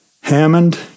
Hammond